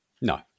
No